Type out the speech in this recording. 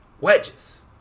Wedges